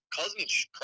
cousins